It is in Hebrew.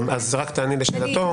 רק תעני לשאלות,